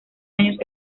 años